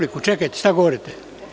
Čekajte, šta govorite?